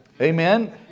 Amen